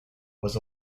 was